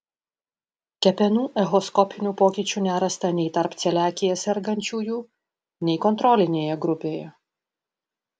kepenų echoskopinių pokyčių nerasta nei tarp celiakija sergančiųjų nei kontrolinėje grupėje